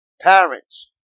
Parents